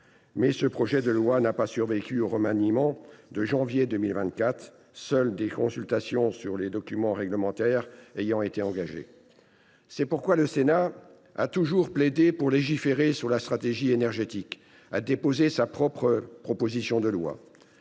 ce projet de loi n’a pas survécu au remaniement de janvier 2024, alors que seules des consultations sur les documents réglementaires avaient été engagées. C’est pourquoi le Sénat, qui a toujours plaidé pour légiférer sur la stratégie énergétique, a déposé sa propre proposition de loi